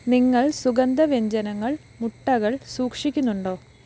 നിങ്ങൾ സുഗന്ധവ്യഞ്ജനങ്ങൾ മുട്ടകൾ സൂക്ഷിക്കുന്നുണ്ടോ